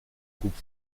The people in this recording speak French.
groupe